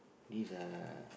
this uh